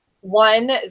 one